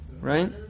right